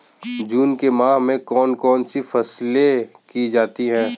जून के माह में कौन कौन सी फसलें की जाती हैं?